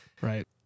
right